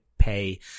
Pay